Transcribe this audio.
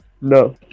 No